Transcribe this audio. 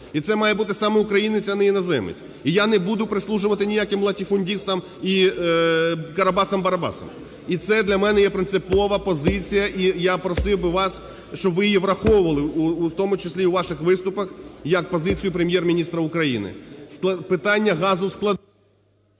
І це має бути саме українець, а не іноземець. І я не буду прислужувати ніяким латифундистам і карабасам-барабасам. І це для мене є принципова позиція і я просив би вас, щоб ви її враховували в тому числі і в ваших виступах як позицію Прем'єр-міністра України. Питання газу…